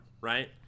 right